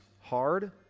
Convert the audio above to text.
hard